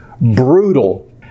brutal